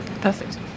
Perfect